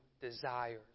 desires